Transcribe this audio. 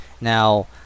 now